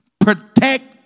Protect